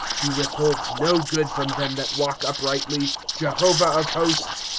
he withholds no good from them that walk uprightly. jehovah of hosts,